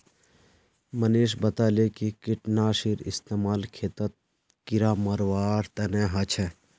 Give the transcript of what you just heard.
मनीष बताले कि कीटनाशीर इस्तेमाल खेतत कीड़ा मारवार तने ह छे